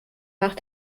nach